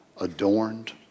adorned